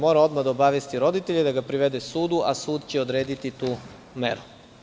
Mora odmah da obavesti roditelje, da ga privede sudu, a sud će odrediti tu meru.